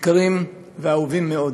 יקרים ואהובים מאוד,